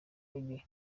reggae